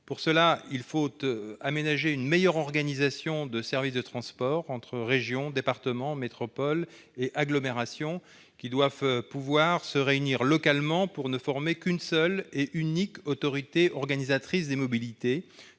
Pour cela, il faut mettre en oeuvre une meilleure organisation des services de transports. Régions, départements, métropoles et agglomérations doivent pouvoir se réunir localement pour ne former plus qu'une seule et unique autorité organisatrice des mobilités,